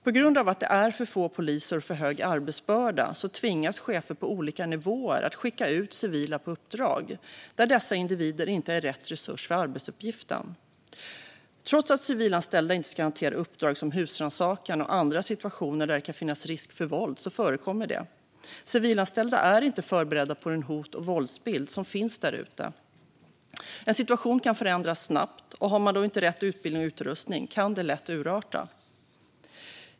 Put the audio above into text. På grund av att det är för få poliser och för hög arbetsbörda tvingas chefer på olika nivåer att skicka ut civila på uppdrag där dessa individer inte är rätt resurs för arbetsuppgiften. Trots att civilanställda inte ska hantera uppdrag som husrannsakan och andra situationer där det kan finnas risk för våld förekommer detta. Civilanställda är inte förberedda på den hot och våldsbild som finns där ute. En situation kan förändras snabbt, och har man då inte rätt utbildning och utrustning kan det lätt urarta.